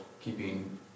keeping